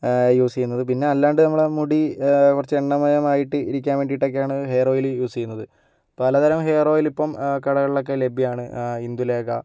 use ചെയ്യുന്നത് പിന്നെ അല്ലാണ്ട് നമ്മളുടെ മുടി കുറച്ചെണ്ണമയമായിട്ട് ഇരിക്കാൻ വേണ്ടിയിട്ടൊക്കെയാണ് ഹെയർ ഓയിൽ യൂസ് ചെയ്യുന്നത് പലതരം ഹെയർ ഓയിലിപ്പം കടകളിലൊക്കെ ലഭ്യമാണ് ഇന്ദുലേഖ